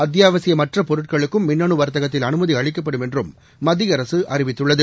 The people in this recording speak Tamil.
அத்தியாவசியமற்ற பொருட்களுக்கும் மின்னனு வாத்தகத்தில் அனுமதி அளிக்கப்படும் என்றும் மத்திய அரசு அறிவித்துள்ளது